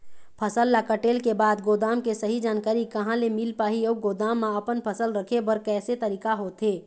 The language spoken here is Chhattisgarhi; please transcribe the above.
फसल ला कटेल के बाद गोदाम के सही जानकारी कहा ले मील पाही अउ गोदाम मा अपन फसल रखे बर कैसे तरीका होथे?